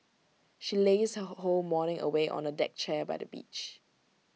she lazed her whole morning away on A deck chair by the beach